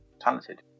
talented